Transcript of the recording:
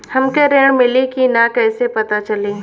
हमके ऋण मिली कि ना कैसे पता चली?